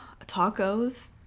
tacos